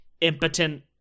impotent